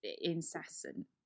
incessant